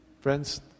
Friends